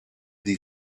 the